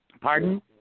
Pardon